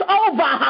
over